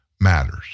matters